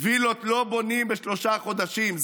וילות לא בונים בשלושה חודשים,